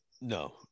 no